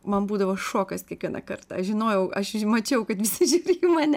man būdavo šokas kiekvieną kartą aš žinojau aš ir mačiau kad visi žiūri į mane